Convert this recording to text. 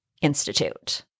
institute